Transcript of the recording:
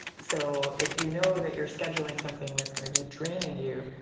so if you know that you're scheduling something that's going to be draining you,